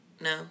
No